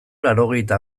laurogeita